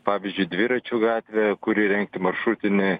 pavyzdžiui dviračių gatvę kur įrengti maršrutinį